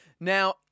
Now